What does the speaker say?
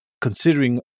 considering